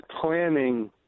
planning